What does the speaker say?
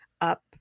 up